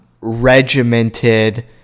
regimented